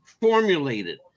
formulated